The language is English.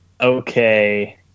Okay